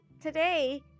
Today